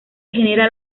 genera